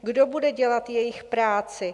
Kdo bude dělat jejich práci?